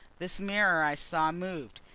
this mirror i saw moved,